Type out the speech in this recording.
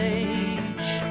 age